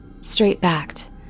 Straight-backed